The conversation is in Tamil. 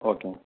ஓகேங்க